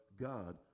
God